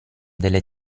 delle